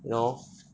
you know